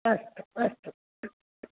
अस्तु अस्तु